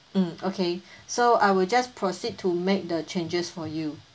mm okay so I will just proceed to make the changes for you